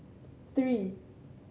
three